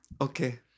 okay